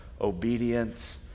obedience